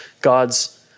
God's